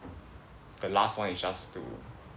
the last one is just to